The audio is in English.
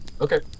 Okay